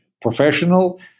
professional